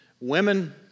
women